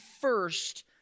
first